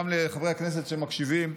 גם לחברי הכנסת שמקשיבים: